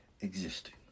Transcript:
existing